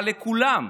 אבל לכולם,